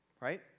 right